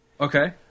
Okay